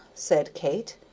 said kate,